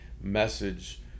message